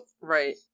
Right